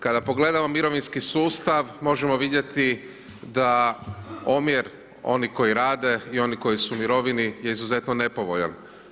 Kada pogledamo mirovinski sustav možemo vidjeti da omjer onih koji rade i onih koji su u mirovini je izuzetno nepovoljan.